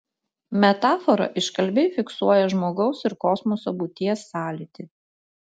metafora iškalbiai fiksuoja žmogaus ir kosmoso būties sąlytį